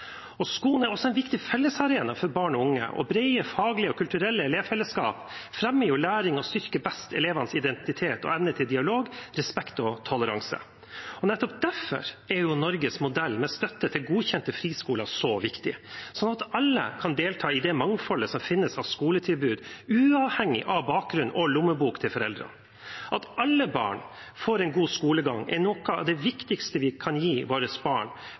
Skolen er også en viktig fellesarena for barn og unge, og brede faglige og kulturelle elevfellesskap fremmer læring og styrker best elevenes identitet og evne til dialog, respekt og toleranse. Nettopp derfor er Norges modell med støtte til godkjente friskoler så viktig, slik at alle kan delta i det mangfoldet som finnes av skoletilbud, uavhengig av bakgrunn og lommeboken til foreldrene. At alle barn får en god skolegang, er noe av det viktigste vi kan gi våre barn,